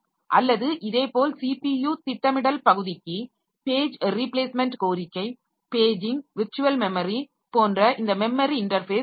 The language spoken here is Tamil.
அல்லது இதேபோல் CPU திட்டமிடல் பகுதிக்கு பேஜ் ரீப்ளேஸ்மென்ட் கோரிக்கை பேஜிங் விர்ச்சுவல் மெமரி போன்ற இந்த மெமரி இன்டர்ஃபேஸ் உள்ளது